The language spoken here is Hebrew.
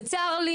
וצר לי,